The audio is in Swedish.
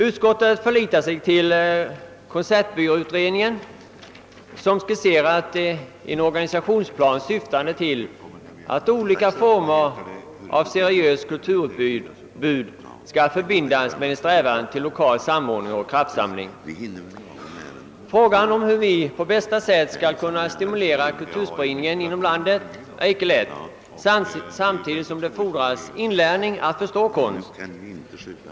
Utskottet förlitar sig på konsertbyråutredningen som skisserat en organisationsplan syftande till att olika former av seriöst kulturutbud skall förbindas med en strävan till lokal samordning och kraftsamling. Frågan om hur vi på bästa sätt skall kunna stimulera kulturspridningen inom landet är icke lätt, samtidigt som det fordras inlärning att förstå konst.